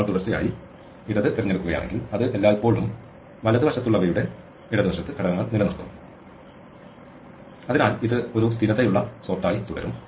നമ്മൾ തുടർച്ചയായി ഇടത് തിരഞ്ഞെടുക്കുകയാണെങ്കിൽ അത് എല്ലായ്പ്പോഴും വലതുവശത്തുള്ളവയുടെ ഇടതുവശത്ത് ഘടകങ്ങൾ നിലനിർത്തും അതിനാൽ ഇത് ഒരു സ്ഥിരതയുള്ള സോർട്ട് ആയി തുടരും